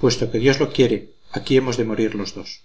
puesto que dios lo quiere aquí hemos de morir los dos